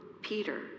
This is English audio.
Peter